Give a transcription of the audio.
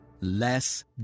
Less